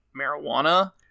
marijuana